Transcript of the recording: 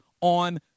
on